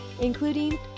including